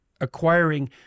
acquiring